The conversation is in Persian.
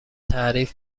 تعریف